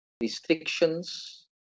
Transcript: restrictions